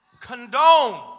condone